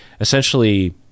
essentially